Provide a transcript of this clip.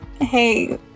Hey